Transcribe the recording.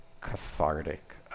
cathartic